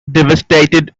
devastated